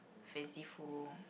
fancy fool